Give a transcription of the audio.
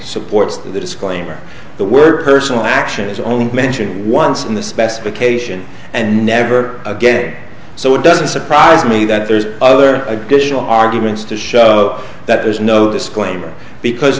supports the disclaimer the word personal action is only mentioned once in the specification and never again so it doesn't surprise me that there's other additional arguments to show that was no disclaimer because